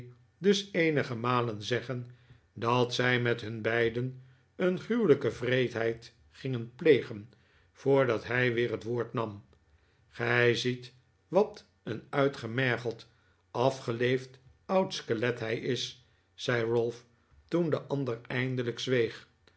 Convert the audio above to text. dus eenige malen zeggen dat zij met hun beiden een gruwelijke wreedheid gingen plegen voordat hij weer het woord nam gij ziet wat een uitgemergeld afgeleefd oud skelet hij is zei ralph toen de ander eindelijk zweeg